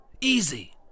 Easy